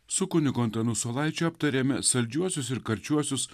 su kunigu antanu saulaičiu aptariame saldžiuosius ir karčiuosius